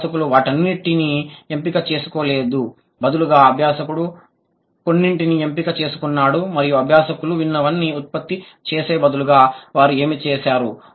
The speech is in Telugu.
అభ్యాసకులు వాటన్నిటిని ఎంపిక చేసుకోలేదు బదులుగా అభ్యాసకుడు కొన్నింటిని ఎంపిక చేసుకున్నాడు మరియు అభ్యాసకులు విన్నవన్నీ ఉత్పత్తి చేసే బదులుగా వారు ఏమి చేసారు